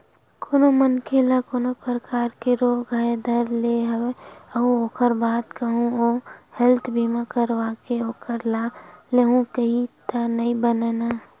कोनो मनखे ल कोनो परकार के रोग ह धर ले हवय अउ ओखर बाद कहूँ ओहा हेल्थ बीमा करवाके ओखर लाभ लेहूँ कइही त नइ बनय न